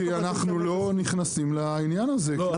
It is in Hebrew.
כי אנחנו נכנסים לעניין כזה.